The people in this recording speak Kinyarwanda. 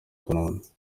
kanombe